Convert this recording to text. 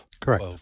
Correct